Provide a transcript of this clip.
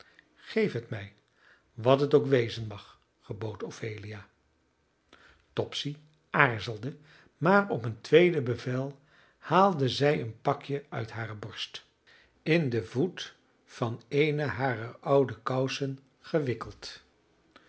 geef het mij wat het ook wezen mag gebood ophelia topsy aarzelde maar op een tweede bevel haalde zij een pakje uit hare borst in den voet van eene harer oude kousen gewikkeld